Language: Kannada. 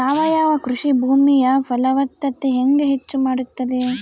ಸಾವಯವ ಕೃಷಿ ಭೂಮಿಯ ಫಲವತ್ತತೆ ಹೆಂಗೆ ಹೆಚ್ಚು ಮಾಡುತ್ತದೆ?